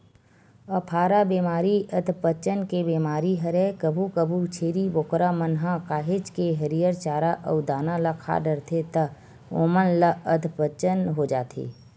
अफारा बेमारी अधपचन के बेमारी हरय कभू कभू छेरी बोकरा मन ह काहेच के हरियर चारा अउ दाना ल खा डरथे त ओमन ल अधपचन हो जाथे